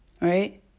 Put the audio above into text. Right